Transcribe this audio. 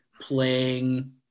playing